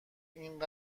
این